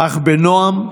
אך בנועם,